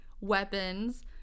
weapons